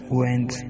went